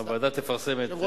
הוועדה תפרסם את מסקנותיה,